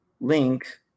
link